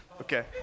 Okay